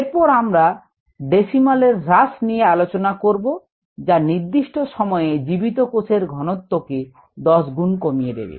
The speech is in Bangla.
এর পর আমরা ডেসিমাল এর হ্রাস নিয়ে আলোচনা করব যা নির্দিস্ট সময়ে জীবিত কোষের ঘনত্ত কে 10 গুন কমিয়ে দেবে